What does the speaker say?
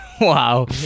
Wow